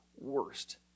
worst